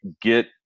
Get